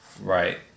Right